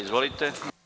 Izvolite.